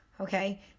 Okay